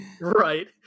right